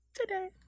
today